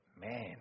Man